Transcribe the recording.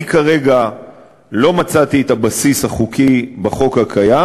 אני כרגע לא מצאתי את הבסיס החוקי בחוק הקיים.